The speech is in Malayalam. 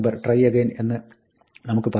Try again" എന്ന് നമുക്ക് പറയാം